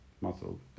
muscle